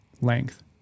length